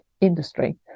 industry